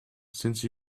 since